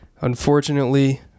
Unfortunately